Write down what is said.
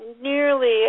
nearly